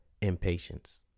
impatience